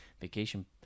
vacation